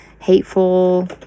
hateful